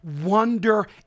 wonder